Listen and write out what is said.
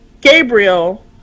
gabriel